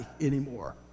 anymore